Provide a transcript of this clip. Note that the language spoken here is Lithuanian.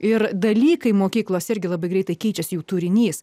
ir dalykai mokyklose irgi labai greitai keičiasi jų turinys